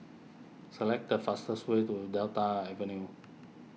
select the fastest way to Delta Avenue